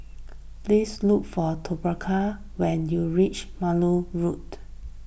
please look for Toccara when you reach Maude Road